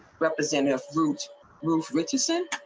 representative fruits roof pretty